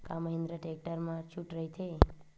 का महिंद्रा टेक्टर मा छुट राइथे?